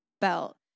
belt